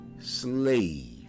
slave